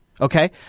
Okay